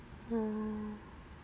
oh